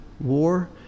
war